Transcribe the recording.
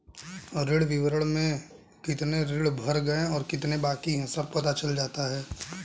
ऋण विवरण में कितने ऋण भर गए और कितने बाकि है सब पता चल जाता है